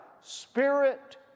spirit